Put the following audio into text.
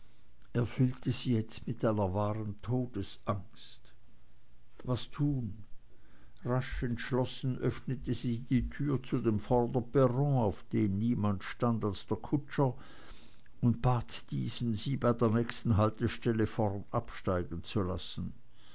sie jetzt mit einer wahren todesangst was tun rasch entschlossen öffnete sie die tür zu dem vorderperron auf dem niemand stand als der kutscher und bat diesen sie bei der nächsten haltestelle vorn absteigen zu lassen